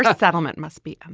yeah settlement must be um